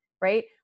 right